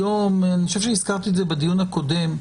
אני חושב שהזכרת את זה בדיון הקודם,